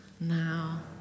now